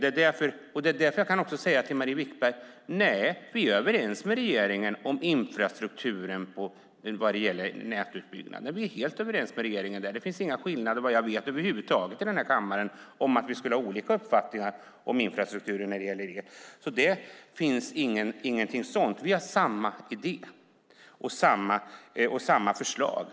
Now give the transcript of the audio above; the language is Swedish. Till Marie Wickberg kan jag säga: Vi är överens med regeringen om infrastrukturen och nätutbyggnaden. Vad jag vet finns det inga skillnader i uppfattningar över huvud taget i denna kammare om infrastrukturen när det gäller detta. Vi har samma idé och samma förslag.